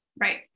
right